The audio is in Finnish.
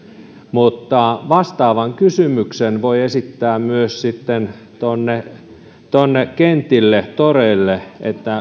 mutta vastaavan kysymyksen voi esittää myös tuonne tuonne kentille toreille